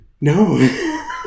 No